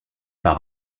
par